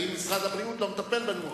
האם משרד הבריאות לא מטפל בנו.